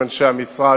עם אנשי המשרד,